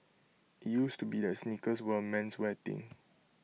IT used to be that sneakers were A menswear thing